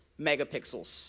megapixels